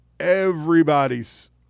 everybody's